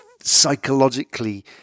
psychologically